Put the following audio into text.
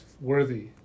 worthy